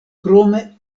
krome